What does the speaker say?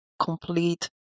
complete